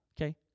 Okay